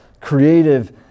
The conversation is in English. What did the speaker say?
creative